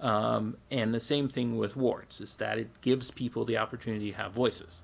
and the same thing with warts is that it gives people the opportunity have voices